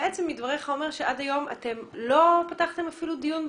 בעצם מדבריך עולה שעד היום אתם לא פתחתם אפילו דיון בנושא.